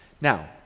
Now